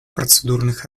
процедурных